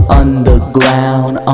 underground